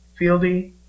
Fieldy